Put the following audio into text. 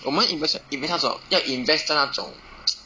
/我们\ investm~ invest 那种要 invest 在那种